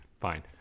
fine